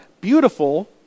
beautiful